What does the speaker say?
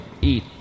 eat